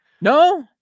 No